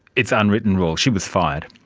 its unwritten rule. she was fired.